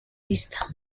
vista